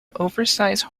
oversize